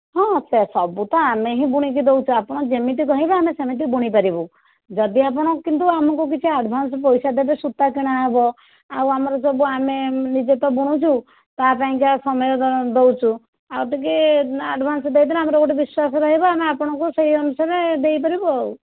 ହଁ ସେ ସବୁ ତ ଆମେ ହିଁ ବୁଣିକି ଦେଉଛୁ ଆପଣ ଯେମିତି କହିବେ ଆମେ ସେମିତି ବୁଣି ପାରିବୁ ଯଦି ଆପଣ କିନ୍ତୁ ଆମକୁ କିଛି ଆଡ଼ଭାନ୍ସ ପଇସା ଦେବେ ସୂତା କିଣା ହେବ ଆଉ ଆମର ସବୁ ଆମେ ନିଜେ ତ ବୁଣୁଛୁ ତା'ପାଇଁକା ସମୟ ଧର ଦେଉଛୁ ଆଉ ଟିକିଏ ଆଡ଼୍ଭାନ୍ସ ଦେଇଦେଲେ ଆମର ଗୋଟେ ବିଶ୍ଵାସ ରହିବ ଆମେ ଆପଣଙ୍କୁ ସେଇ ଅନୁସାରେ ଦେଇପାରିବୁ ଆଉ